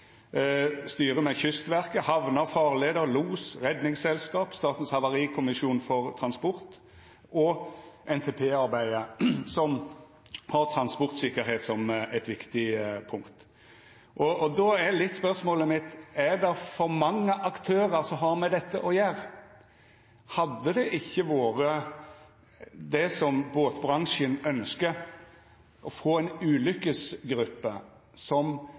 med Kystverket, hamner, farleier, los, Redningsselskapet, Statens havarikommisjon for transport og NTP-arbeidet, som har transportsikkerheit som eit viktig punkt. Då er spørsmåla mine: Er det for mange aktørar som har med dette å gjera? Hadde det ikkje vore bra, som båtbransjen ønskjer, å få ei ulykkesgruppe som